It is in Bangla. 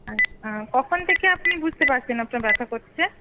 আচ্ছা কখন থেকে আপনি বুঝতে পারছেন আপনার ব্যথা করছে